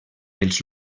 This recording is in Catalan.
els